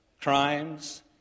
crimes